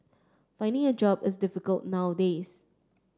finding a job is difficult nowadays